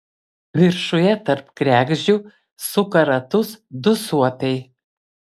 viršuje tarp kregždžių suka ratus du suopiai